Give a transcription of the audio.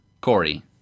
Corey